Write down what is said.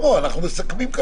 אנחנו מסכמים.